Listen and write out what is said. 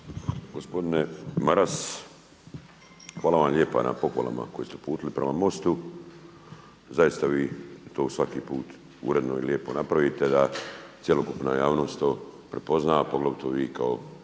hvala vam lijepa na pohvalama koje ste uputili prema MOST-u. Zaista to vi svaki put uredno i lijepo napravite da cjelokupna javnost to prepozna, a pogotovo vi kao,